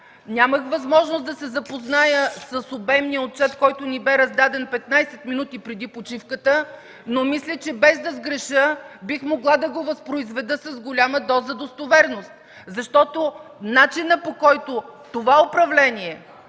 Нямах възможност да се запозная с обемния отчет, който ни бе раздаден 15 минути преди почивката, но мисля, че без да сгреша, бих могла да го възпроизведа с голяма доза достоверност, защото начинът, по който това управление